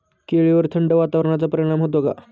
केळीवर थंड वातावरणाचा परिणाम होतो का?